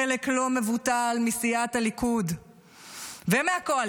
חלק לא מבוטל מסיעת הליכוד ומהקואליציה,